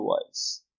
otherwise